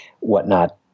whatnot